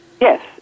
Yes